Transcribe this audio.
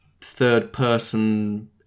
third-person